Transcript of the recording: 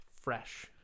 Fresh